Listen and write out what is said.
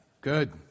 Good